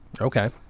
Okay